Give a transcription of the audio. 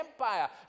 empire